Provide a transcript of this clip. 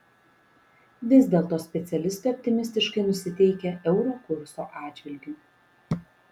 vis dėlto specialistai optimistiškai nusiteikę euro kurso atžvilgiu